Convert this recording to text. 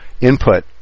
input